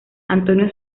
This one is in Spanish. antonio